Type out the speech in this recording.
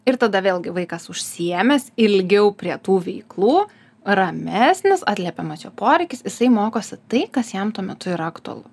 ir tada vėlgi vaikas užsiėmęs ilgiau prie tų veiklų ramesnis atliepiamas jo poreikis jisai mokosi tai kas jam tuo metu yra aktualu